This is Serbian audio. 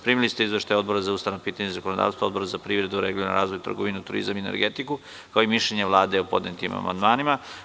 Primili ste izveštaje Odbora za ustavna pitanja i zakonodavstvo i Odbora za privredu, regionalni razvoj, trgovinu, turizam i energetiku, kao i mišljenje Vlade o podnetim amandmanima.